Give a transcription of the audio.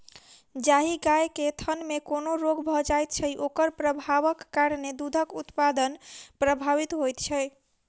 जाहि गाय के थनमे कोनो रोग भ जाइत छै, ओकर प्रभावक कारणेँ दूध उत्पादन प्रभावित होइत छै